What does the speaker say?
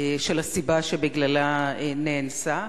של הסיבה שבגללה נאנסה.